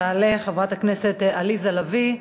תעלה חברת הכנסת עליזה לביא.